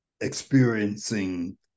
experiencing